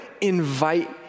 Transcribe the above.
invite